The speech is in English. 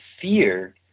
fear